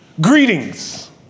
greetings